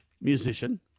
musician